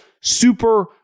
super